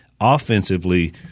offensively